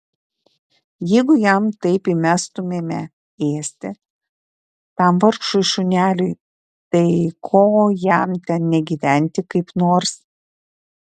jeigu jam taip įmestumėme ėsti tam vargšui šuneliui tai ko jam ten negyventi kaip nors